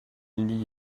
n’y